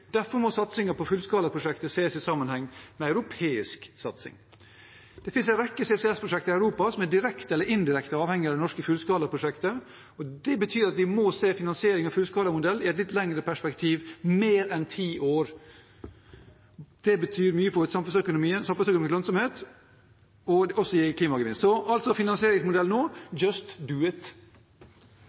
Derfor må satsingen på fullskalaprosjektet ses i sammenheng med europeisk satsing. Det finnes en rekke CCS-prosjekter i Europa som direkte eller indirekte er avhengig av det norske fullskalaprosjektet. Det betyr at vi må se finansieringen av en fullskalamodell i et litt lengre perspektiv, mer enn ti år. Det betyr mye for samfunnsøkonomisk lønnsomhet og vil også gi klimagevinst. Så når det gjelder finansieringsmodell nå: Just